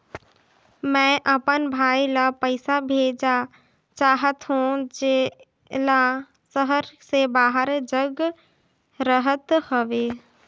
मैं अपन भाई ल पइसा भेजा चाहत हों, जेला शहर से बाहर जग रहत हवे